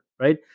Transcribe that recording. right